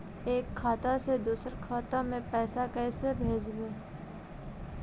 एक खाता से दुसर के खाता में पैसा कैसे भेजबइ?